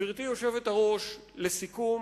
גברתי היושבת-ראש, לסיכום,